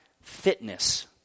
fitness